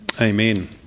Amen